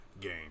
game